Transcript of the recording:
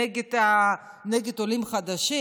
נגד עולים חדשים,